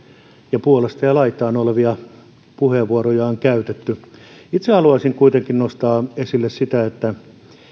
ja puolesta ja laitaan olevia puheenvuoroja on käytetty itse haluaisin kuitenkin nostaa esille sitä että